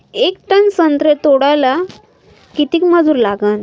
येक टन संत्रे तोडाले किती मजूर लागन?